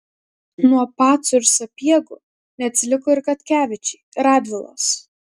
nuo pacų ir sapiegų neatsiliko ir katkevičiai radvilos